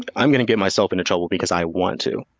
i'm going to get myself into trouble because i want to.